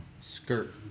Skirt